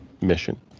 mission